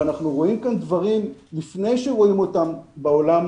ואנחנו רואים כאן דברים לפני שרואים אותם בעולם,